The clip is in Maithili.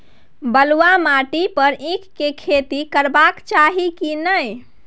बलुआ माटी पर ईख के खेती करबा चाही की नय?